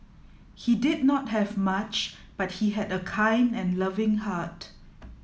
he did not have much but he had a kind and loving heart